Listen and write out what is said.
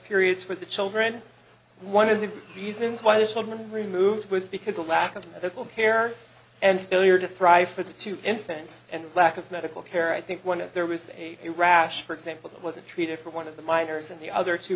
period for the children one of the reasons why this one removed was because of lack of medical care and failure to thrive for the two infants and lack of medical care i think when there was a rash for example that wasn't treated for one of the miners and the other two